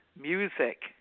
music